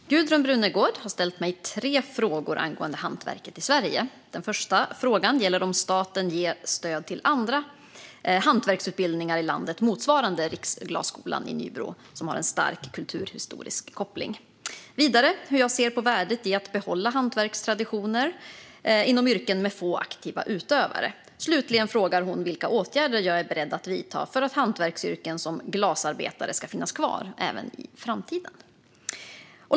Fru talman! Gudrun Brunegård har ställt mig tre frågor angående hantverket i Sverige. Den första frågan gäller om staten ger stöd till andra hantverksutbildningar i landet, motsvarande Riksglasskolan i Nybro, som har en stark kulturhistorisk koppling. Vidare frågar Gudrun Brunegård hur jag ser på värdet av att bibehålla hantverkstraditioner inom yrken med få aktiva utövare. Slutligen frågar hon vilka åtgärder jag är beredd att vidta för att hantverksyrken som glasarbetare ska finnas kvar även i framtiden.